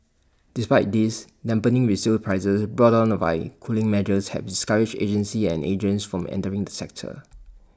despite this dampening resale prices brought on the by cooling measures have discouraged agencies and agents from entering the sector